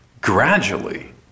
gradually